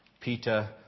Peter